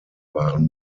waren